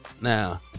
Now